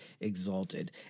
exalted